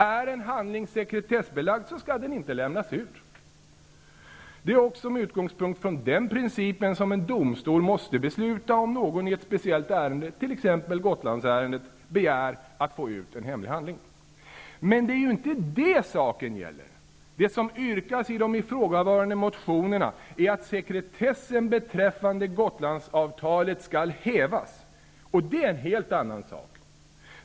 Är en handling sekretessbelagd skall den inte lämnas ut. Det är också med utgångspunkt i den principen som en domstol måste besluta om någon i ett speciellt ärende, t.ex. Gotlandsärendet, begär att få ut en hemlig handling. Det är emellertid inte detta saken gäller. Det som yrkats i de ifrågavarande motionerna är att sekretessen beträffande Gotlandsavtalet skall hävas, och det är en helt annan sak.